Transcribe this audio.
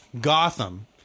Gotham